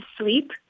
sleep